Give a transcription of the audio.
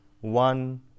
one